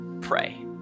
pray